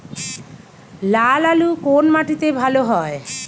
লাল আলু কোন মাটিতে ভালো হয়?